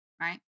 right